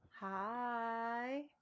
Hi